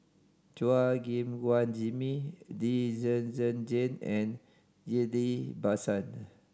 Chua Gim Guan Jimmy Lee Zhen Zhen Jane and Ghillie Basan